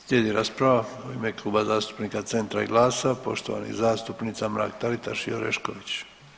Slijedi rasprava u ime Kluba zastupnika Centra i GLAS poštovanih zastupnica Mrak Taritaš i Orešković.